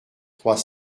trois